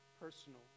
personal